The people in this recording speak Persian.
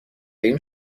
بریم